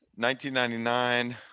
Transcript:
1999